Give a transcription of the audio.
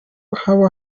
haba